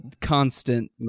constant